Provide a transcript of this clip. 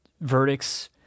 Verdict's